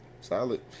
Solid